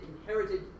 inherited